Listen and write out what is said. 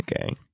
Okay